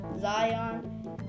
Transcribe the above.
Zion